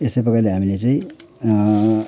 यस्तै प्रकारले हामीले चाहिँ